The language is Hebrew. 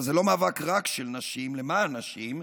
אבל זה לא מאבק רק של נשים למען נשים,